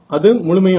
அது முழுமையானது